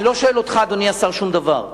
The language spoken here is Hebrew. אני לא שואל אותך, אדוני השר, שום דבר.